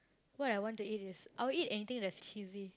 what I want to eat is I will eat anything that's cheesy